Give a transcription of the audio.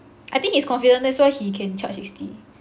I think he's confident that's why he can charge sixty